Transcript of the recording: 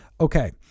okay